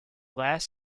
last